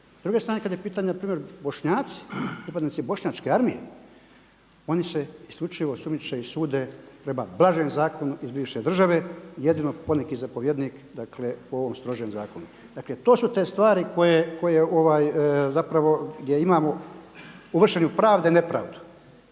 S druge strane kad je pitanje npr. Bošnjaci, pripadnici bošnjačke armije, oni se isključivo sumnjiče i sude prema blažem zakonu iz bivše države. Jedino poneki zapovjednik dakle po ovom strožem zakonu. Dakle, to su te stvari gdje imamo u vršenju pravde nepravdu.